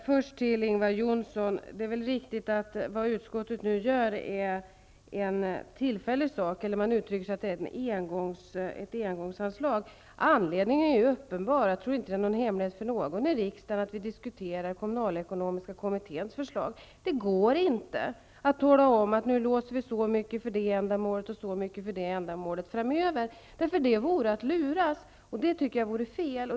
Herr talman! Ingvar Johnsson, det är väl riktigt att det utskottet nu gör är tillfälligt. Man uttrycker sig så att det är ett engångsanslag. Anledningen är uppenbar. Jag tror inte att det är en hemlighet för någon i riksdagen att vi diskuterar kommunalekonomiska kommitténs förslag. Det går inte att tala om att nu låser vi si och så mycket för de olika ändamålen framöver. Det vore att luras. Det tycker jag vore fel.